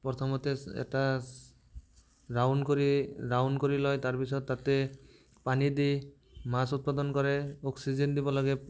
প্ৰথমতে এটা ৰাউণ্ড কৰি ৰাউণ্ড কৰি লৈ তাৰপিছত তাতে পানী দি মাছ উৎপাদন কৰে অক্সিজেন দিব লাগে